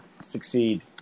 succeed